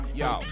yo